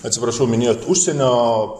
atsiprašau minėjot užsienio